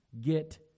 Get